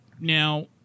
Now